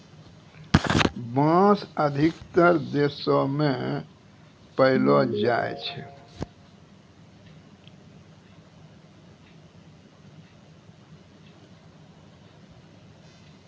बांस अधिकतर देशो म पयलो जाय छै